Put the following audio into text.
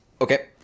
Okay